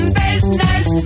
business